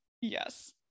Yes